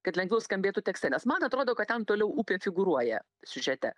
kad lengviau skambėtų tekste nes man atrodo kad ten toliau upė figūruoja siužete